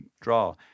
draw